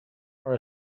are